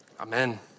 Amen